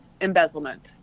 embezzlement